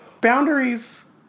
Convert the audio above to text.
Boundaries